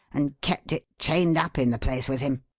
and kept it chained up in the place with him.